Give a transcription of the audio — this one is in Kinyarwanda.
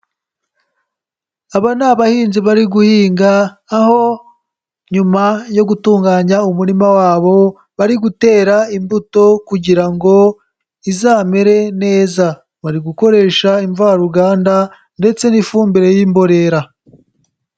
Aba ni abahinzi bari guhinga aho nyuma yo gutunganya umurima wabo bari gutera imbuto kugira ngo izamere neza. Bari gukoresha imvaruganda ndetse n'ifumbire y'imborera.